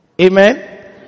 Amen